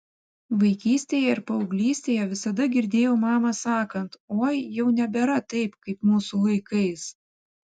vaikystėje ir paauglystėje visada girdėjau mamą sakant oi jau nebėra taip kaip mūsų laikais